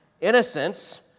innocence